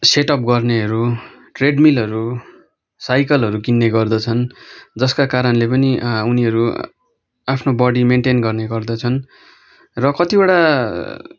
setup गर्नेहरू ट्रेड मिलहरू साइकलहरू किन्ने गर्दछन् जसका कारणले पनि उनीहरू आफ्नो बडी मेनटेन गर्ने गर्दछन् र कतिवटा